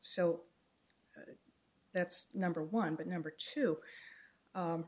so that's number one but number two